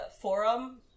forum